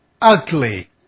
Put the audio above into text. ugly